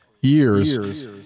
years